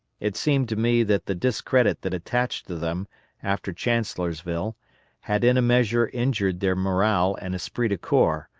it seemed to me that the discredit that attached to them after chancellorsville had in a measure injured their morale and esprit-de-corps,